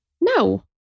No